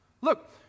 Look